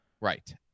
Right